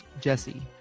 Jesse